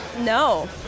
No